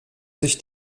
sich